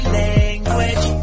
language